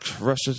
Russia